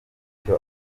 icyo